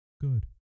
good